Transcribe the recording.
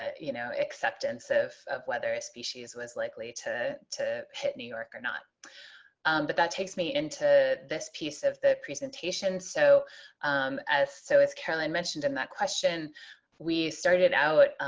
ah you know acceptance of of whether a species was likely to to hit new york or not but that takes me into this piece of the presentation so as so as caroline mentioned in that question we started out